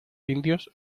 indios